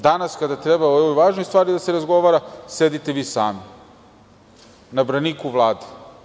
Danas kada treba o ovoj važnoj stvari da se razgovara, sedite vi sami, na braniku Vlade.